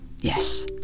yes